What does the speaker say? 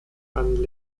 ann